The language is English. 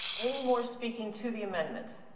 any more speaking to the amendment?